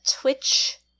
Twitch